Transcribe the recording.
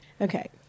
okay